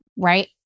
right